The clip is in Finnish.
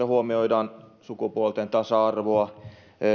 huomioidaan sukupuolten tasa arvoa